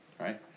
right